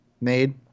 made